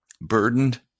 burdened